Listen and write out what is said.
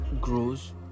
grows